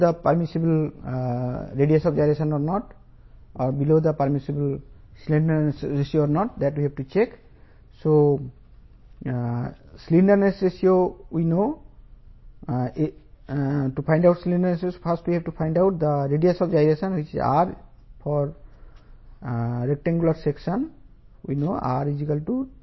కనీస radius of gyration slenderness ratio కాబట్టి flat సురక్షితం